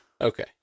Okay